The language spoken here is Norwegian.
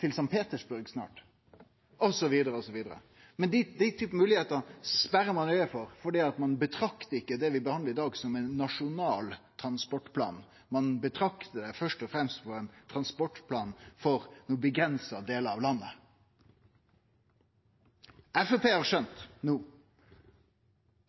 til St. Petersburg, og så vidare. Men den typen moglegheiter lukkar ein auga for, fordi ein ser ikkje på det som vi behandlar i dag, som ein nasjonal transportplan. Ein ser på det først og fremst som ein transportplan for ein avgrensa del av landet. Framstegspartiet har no